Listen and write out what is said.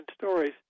stories